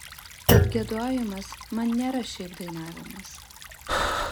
tad giedojimas man nėra šiaip dainavimas